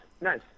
nice